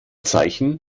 zeichen